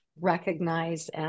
recognize